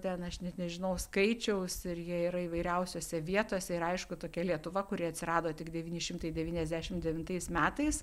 ten aš net nežinau skaičiaus ir jie yra įvairiausiose vietose ir aišku tokia lietuva kuri atsirado tik devyni šimtai devyniasdešim devintais metais